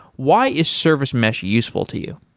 why is service mesh useful to you?